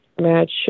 match